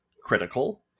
critical